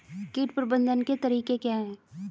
कीट प्रबंधन के तरीके क्या हैं?